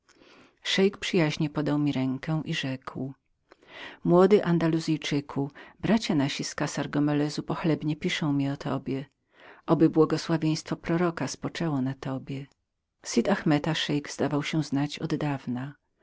szeik przyjaźnie podał mi rękę i rzekł młody andaluzyjczyku bracia nasi z kassar gomelezu pochlebnie mi piszą o tobie oby błogosławieństwo proroka spoczęło na tobie sud ahmeta szeik zdawał się znać od